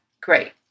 great